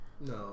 No